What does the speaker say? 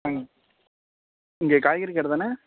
ம் இங்கே காய்கறி கடை தானே